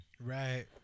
Right